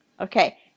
Okay